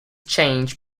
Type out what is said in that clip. change